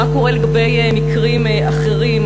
מה קורה לגבי מקרים אחרים?